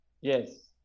Yes